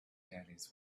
caddies